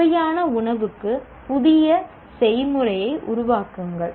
சுவையான உணவுக்கு புதிய செய்முறையை உருவாக்குங்கள்